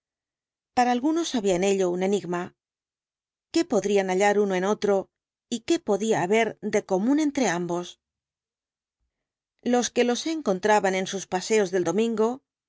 para algunos había en ello un enigma qué podrían hallar uno en otro y qué podía haber de común entre ambos los que los encontraban en sus paseos del domingo